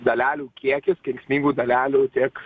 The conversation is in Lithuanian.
dalelių kiekis kenksmingų dalelių tiek